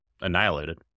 annihilated